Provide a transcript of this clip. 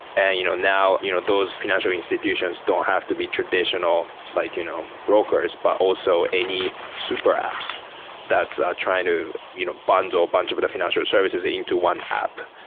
and you know now, you know those financial institutions don't have to be traditional like you know brokers, but also any super apps that's trying to you know bundle bunch of the financial services into one app.